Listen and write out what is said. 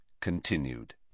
Continued